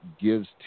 gives